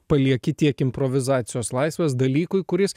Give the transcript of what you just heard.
palieki tiek improvizacijos laisvės dalykui kuris